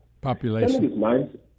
Population